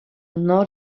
nord